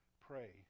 pray